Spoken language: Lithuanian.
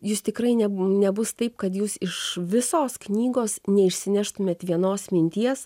jūs tikrai ne nebus taip kad jūs iš visos knygos neišsineštumėt vienos minties